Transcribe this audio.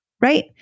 right